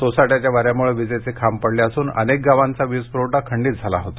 सोसाट्याच्या वाऱ्यामुळे विजेचे खाब पडले असून अनेक गावांचा वीजपुरवठा खंडीत झाला होता